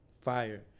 Fire